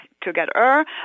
together